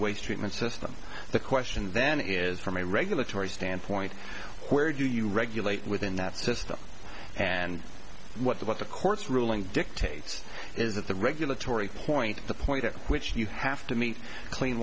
waste treatment system the question then is from a regulatory standpoint where do you regulate within that system and what the what the court's ruling dictates is that the regulatory point the point at which you have to meet clean